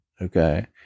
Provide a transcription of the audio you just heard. Okay